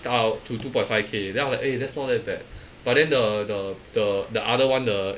到 to two point five K then I was like eh that's not that bad but then the the the the other one the